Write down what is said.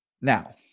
Now